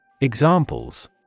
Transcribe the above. Examples